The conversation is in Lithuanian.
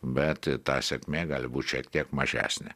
bet ta sėkmė gali būt šiek tiek mažesnė